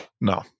No